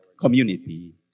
community